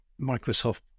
Microsoft